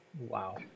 Wow